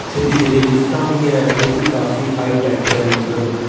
उत्थै दी जेह्ड़ी लिफ्टां बी ऐं ओह् बी काफी हाई टैक ऐ मतलब